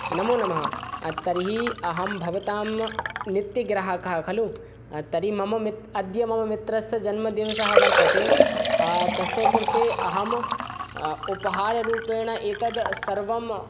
नमो नमः तर्हि अहं भवतां नित्यग्राहकः खलु तर्हि मम मित् अद्य मम मित्रस्य जन्मदिवसः वर्तते तस्य कृते अहम् उपाहाररूपेण एतद् सर्वम्